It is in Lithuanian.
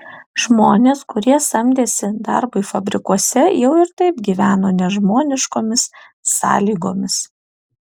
žmonės kurie samdėsi darbui fabrikuose jau ir taip gyveno nežmoniškomis sąlygomis